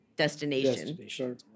destination